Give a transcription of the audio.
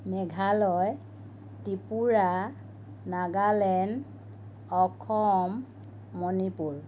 Meghalaya Tripura Nagaland Assam Manipur